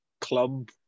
club